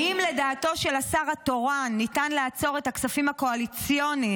האם לדעתו של השר התורן ניתן לעצור את הכספים הקואליציוניים,